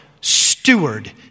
steward